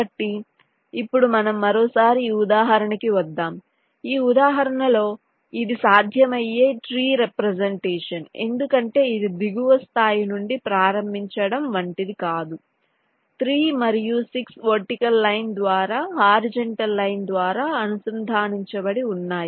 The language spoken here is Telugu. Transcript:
కాబట్టి ఇప్పుడు మనం మరోసారి ఈ ఉదాహరణకి వద్దాం ఈ ఉదాహరణలో ఇది సాధ్యమయ్యే ట్రీ రెప్రెసెంటేషన్ ఎందుకంటే ఇది దిగువ స్థాయి నుండి ప్రారంభించడం వంటిది కాదు 3 మరియు 6 వర్టికల్ లైన్ ద్వారా హారిజాంటల్ లైన్ ద్వారా అనుసంధానించబడి వున్నాయి